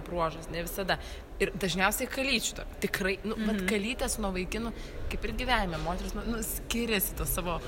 bruožas ne visada ir dažniausiai kalyčių to tikrai nu vat kalytės nuo vaikinų kaip ir gyvenime moterys skiriasi tuo savo